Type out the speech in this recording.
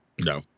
No